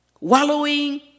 wallowing